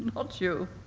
not you.